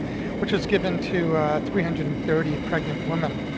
which was given to three hundred and thirty pregnant women.